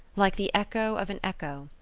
like the echo of an echo,